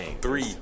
three